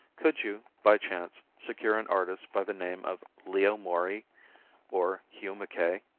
could you, by chance, secure an artist by the name of leo morey or hugh mackay?